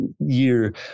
year